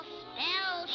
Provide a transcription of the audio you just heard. spell